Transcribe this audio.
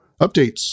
Updates